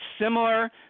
similar